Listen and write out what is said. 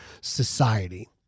society